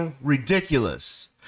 ridiculous